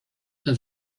are